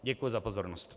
Děkuji za pozornost.